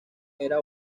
era